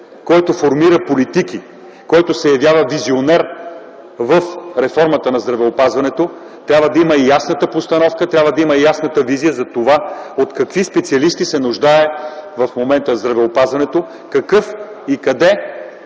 който формира политики, който се явява визионер в реформата на здравеопазването, трябва да има ясната постановка, ясната визия от какви специалисти се нуждае в момента здравеопазването, къде